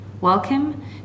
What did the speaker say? Welcome